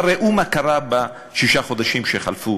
אבל ראו מה קרה בשישה חודשים שחלפו,